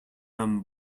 homme